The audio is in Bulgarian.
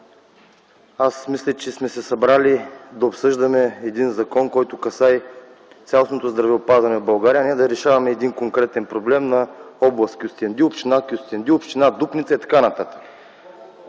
Аз мисля, че сме се събрали да обсъждаме един закон, който касае цялостното здравеопазване в България, а не да решаваме един конкретен проблем на област Кюстендил, община Кюстендил, община Дупница и т.н.